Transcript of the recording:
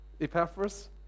Epaphras